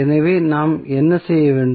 எனவே நாம் என்ன செய்ய வேண்டும்